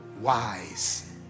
wise